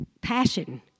passion